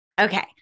Okay